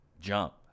jump